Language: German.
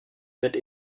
wird